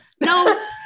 No